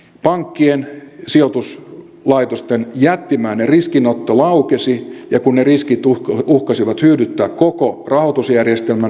pankkien sijoituslaitosten jättimäinen riskinotto laukesi ja kun ne riskit uhkasivat hyydyttää koko rahoitusjärjestelmän veronmaksajia huudettiin apuun